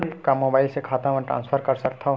का मोबाइल से खाता म ट्रान्सफर कर सकथव?